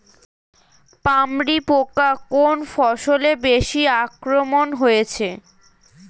পামরি পোকা কোন ফসলে বেশি আক্রমণ হয়েছে?